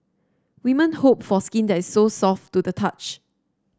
women hope for skin that is so soft to the touch